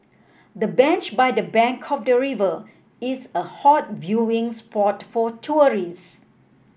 the bench by the bank of the river is a hot viewing spot for tourists